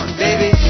baby